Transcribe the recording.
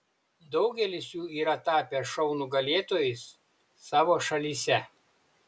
daugelis jų yra tapę šou nugalėtojais savo šalyse